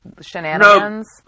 shenanigans